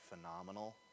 phenomenal